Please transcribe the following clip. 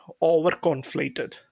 over-conflated